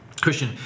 Christian